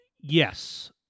Yes